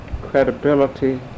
credibility